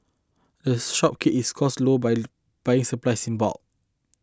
the shop keeps its costs low by buying its supplies in bulk